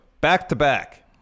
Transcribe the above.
back-to-back